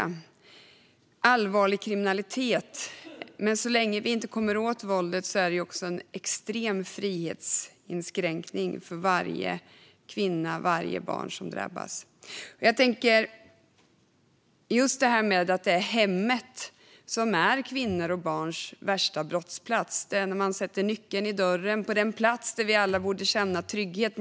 Det handlar om allvarlig kriminalitet, men så länge vi inte kommer åt våldet är det också en extrem frihetsinskränkning för varje kvinna och varje barn som drabbas. Det är hemmet som är den värsta brottsplatsen för kvinnor och barn. Vi sätter nyckeln i dörren på den plats där vi alla borde känna trygghet.